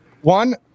one